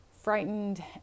frightened